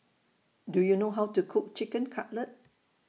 Do YOU know How to Cook Chicken Cutlet